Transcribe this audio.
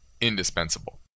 indispensable